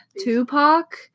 Tupac